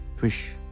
Fish